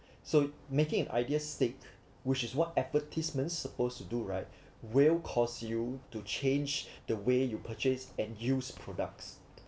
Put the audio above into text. so making an idea stick which is what advertisements supposed to do right will cause you to change the way you purchase and use products